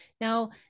Now